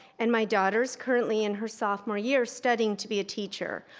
and my daughter's currently in her sophomore year studying to be a teacher.